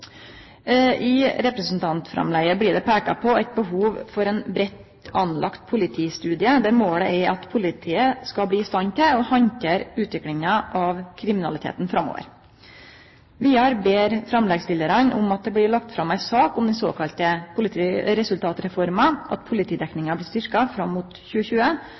I representantframlegget blir det peika på eit behov for ein breitt utforma politistudie, der målet er at politiet skal bli i stand til å handtere utviklinga i kriminaliteten framover. Vidare ber framleggsstillarane om at det blir lagt fram ei sak om den såkalla resultatreforma, at politidekninga blir styrkt fram mot 2020,